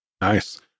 nice